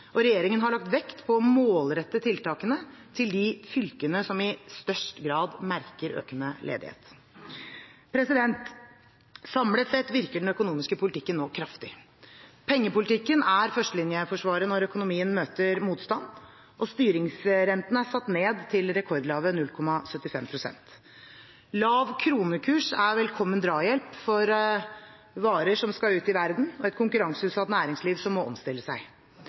og regjeringen har lagt vekt på å målrette tiltakene til de fylkene som i størst grad merker økende ledighet. Samlet sett virker den økonomiske politikken nå kraftig. Pengepolitikken er førstelinjeforsvaret når økonomien møter motstand, og styringsrenten er satt ned til rekordlave 0,75 pst. Lav kronekurs er velkommen drahjelp for varer som skal ut i verden, og et konkurranseutsatt næringsliv som må omstille seg.